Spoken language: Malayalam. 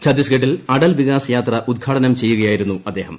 ഛത്തീസ്ഗഡിൽ അടൽ വികാസ് യാത്ര ഉദ്ഘാടനം ചെയ്യുകയായിരുന്നു അദ്ദേഹം